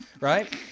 Right